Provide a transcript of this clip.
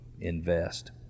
invest